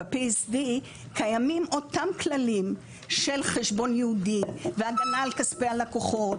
ב-PSD קיימים אותם כללים של חשבון ייעודי והגנה על כספי הלקוחות,